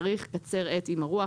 (7)תאריך/קצר את עם הרוח.